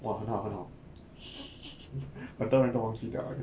!wah! 很好很好 很多人都忘记掉